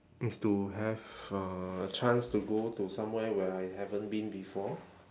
is to have uh a chance to go to somewhere where I haven't been before